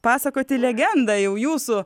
pasakoti legendą jau jūsų